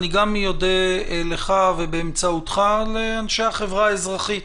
אני גם אודה לך ובאמצעותך לאנשי החברה האזרחית,